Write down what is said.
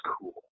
cool